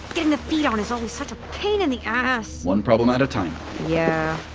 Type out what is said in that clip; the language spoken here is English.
getting the feet on is always such a pain in the ass. one problem at a time yeah,